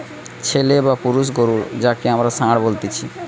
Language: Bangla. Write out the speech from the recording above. ছেলে বা পুরুষ গরু যাঁকে আমরা ষাঁড় বলতেছি